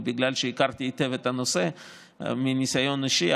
ובגלל שהכרתי היטב את הנושא מניסיון אישי,